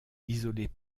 isolées